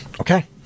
Okay